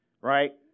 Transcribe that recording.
Right